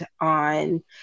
on